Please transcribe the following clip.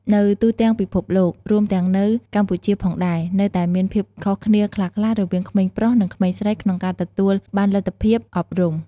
នៅទូទាំងពិភពលោក រួមទាំងនៅកម្ពុជាផងដែរ នៅតែមានភាពខុសគ្នាខ្លះៗរវាងក្មេងប្រុស និងក្មេងស្រីក្នុងការទទួលបានលទ្ធភាពអប់រំ។